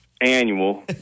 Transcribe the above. annual